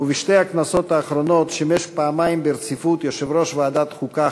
ובשתי הכנסות האחרונות שימש פעמיים ברציפות כיושב-ראש ועדת החוקה,